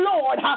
Lord